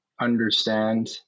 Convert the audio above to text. understand